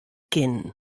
kinnen